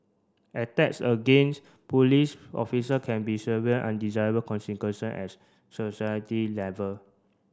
attacks against police officer can be severe undesirable consequence as society level